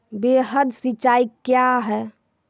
वृहद सिंचाई कया हैं?